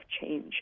change